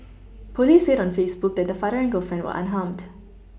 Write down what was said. police said on Facebook that the father and girlfriend were unharmed